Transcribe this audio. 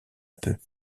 peu